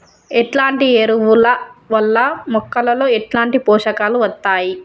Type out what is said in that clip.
ఎట్లాంటి ఎరువుల వల్ల మొక్కలలో ఎట్లాంటి పోషకాలు వత్తయ్?